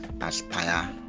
aspire